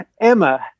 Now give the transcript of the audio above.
Emma